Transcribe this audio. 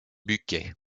bucquet